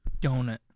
donut